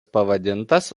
pavadintas